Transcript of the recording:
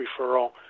referral